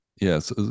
Yes